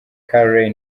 carey